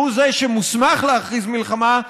שהוא זה שמוסמך להכריז מלחמה,